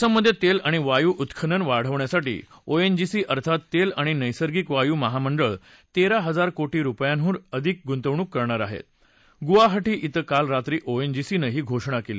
असममधत्तिकीआणि वायू उत्खनन वाढवण्यासाठी ओएनजीसी अर्थात तस्तीआणि नैसर्गिक वायू महामंडळ तस्तीहजार कोटी रूपयांहन अधिक गुंतवणूक करणार आहा गुंवाहाटी इं काल रात्री ओएनजीसीनं ही घोषणा क्ली